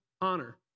Honor